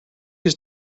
his